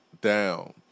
down